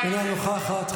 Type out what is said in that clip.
אינה נוכחת,